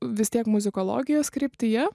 vis tiek muzikologijos kryptyje